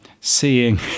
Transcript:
seeing